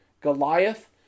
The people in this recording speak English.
Goliath